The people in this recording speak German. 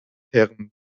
herren